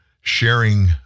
sharing